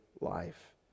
life